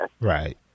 Right